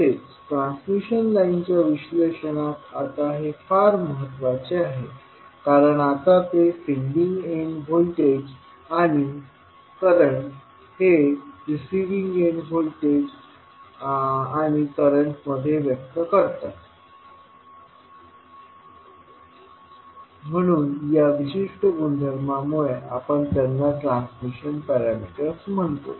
तसेच ट्रान्समिशन लाईनच्या विश्लेषणात आता हे फार महत्वाचे आहे कारण आता ते सेंडिंग एंड व्होल्टेज आणि करंट हे रिसीव्हिंग एंड व्होल्टेज आणि करंट मध्ये व्यक्त करतात म्हणून या विशिष्ट गुणधर्मामुळे आपण त्यांना ट्रांसमिशन पॅरामीटर्स म्हणतो